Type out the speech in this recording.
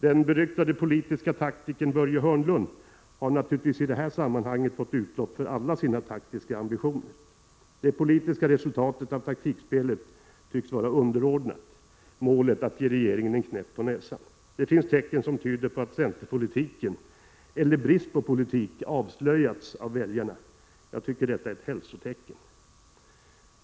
Den beryktade politiske taktikern Börje Hörnlund har naturligtvis i det här sammanhanget fått utlopp för alla sina taktiska ambitioner. Det politiska resultatet av taktikspelet tycks vara underordnat målet att ge regeringen en knäpp på näsan. Det finns tecken som tyder på att centerpolitiken — eller centerns brist på politik — avslöjats av väljarna. Jag tycker detta är ett hälsotecken.